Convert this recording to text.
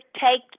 take